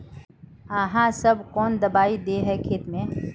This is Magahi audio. आहाँ सब कौन दबाइ दे है खेत में?